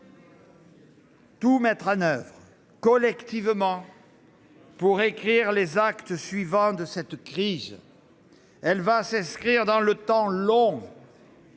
tout mettre en oeuvre, collectivement, pour écrire les actes suivants de cette crise. Elle va s'inscrire dans le temps long.